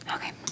Okay